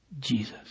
Jesus